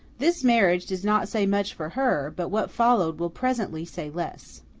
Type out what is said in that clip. this marriage does not say much for her, but what followed will presently say less.